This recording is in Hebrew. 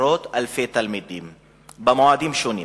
במועדים שונים,